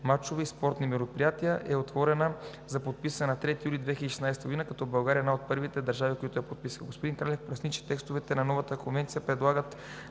мачове и други спортни мероприятия е отворена за подписване на 3 юли 2016 г., като България е една от първите държави, които я подписаха. Господин Кралев поясни, че текстове на новата конвенция предлагат